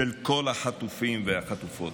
של כל החטופים והחטופות.